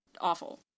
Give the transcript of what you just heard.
awful